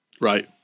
Right